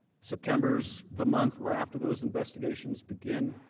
september is the month where after those investigations began,